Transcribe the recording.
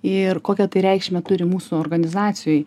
ir kokią tai reikšmę turi mūsų organizacijoj